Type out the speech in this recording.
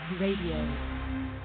radio